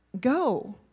Go